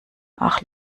auf